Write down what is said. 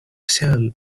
snail